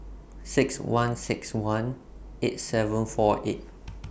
six one six one eight seven four eight